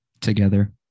together